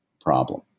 problem